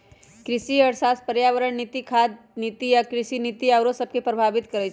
कृषि अर्थशास्त्र पर्यावरण नीति, खाद्य नीति आ कृषि नीति आउरो सभके प्रभावित करइ छै